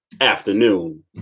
afternoon